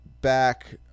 back